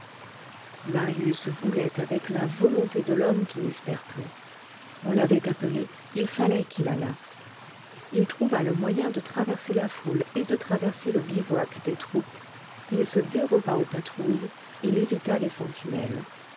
marius voulait avec la volonté de l'homme qui n'espère plus on l'avait appelé il fallait qu'il allât il trouva le moyen de traverser la foule et de traverser le bivouac des troupes il se déroba aux patrouilles il évita les sentinelles